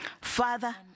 Father